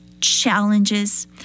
challenges